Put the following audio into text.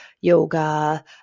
yoga